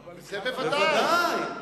זה, בוודאי.